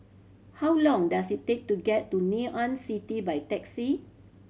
how long does it take to get to Ngee Ann City by taxi